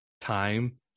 time